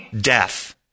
death